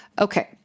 Okay